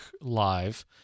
live